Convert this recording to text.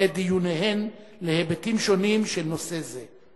את דיוניהן להיבטים שונים של נושא זה.